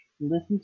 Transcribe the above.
listen